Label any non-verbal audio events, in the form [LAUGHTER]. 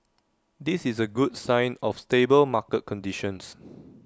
this is A good sign of stable market conditions [NOISE]